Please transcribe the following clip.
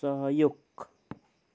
सहयोग